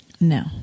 No